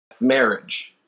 marriage